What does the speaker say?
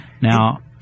Now